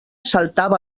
saltava